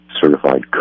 certified